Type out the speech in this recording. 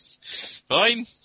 Fine